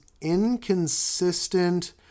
inconsistent